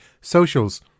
socials